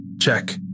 check